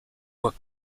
were